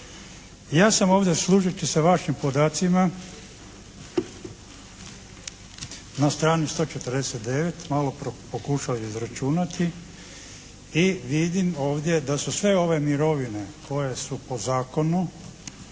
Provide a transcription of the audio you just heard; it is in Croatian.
Ja sam ovdje služeći se vašim podacima na strani 149 malo pokušao izračunati i vidim ovdje da su sve ove mirovine koje su po zakonu,